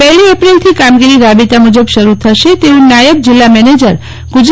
પહેલી એપ્રિલ થી કામગીરી રાબેતા મુજબ શરૂ થશે તેવું નાયબ જિલ્લા મેનેજર ગુજ